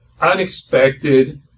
unexpected